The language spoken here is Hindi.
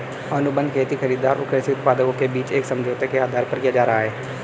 अनुबंध खेती खरीदार और कृषि उत्पादकों के बीच एक समझौते के आधार पर किया जा रहा है